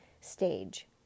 stage